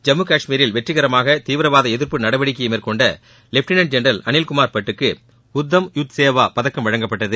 ஜம்மு காஷ்மீரில் வெற்றிகரமான தீவிரவாத எதிர்ப்பு நடவடிக்கையை மேற்கொண்ட லெட்டினன்ட் ஜெனரல் அனில்குமார் பட் க்கு உத்தம் யுத் சேவா பதக்கம் வழங்கப்பட்டது